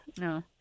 No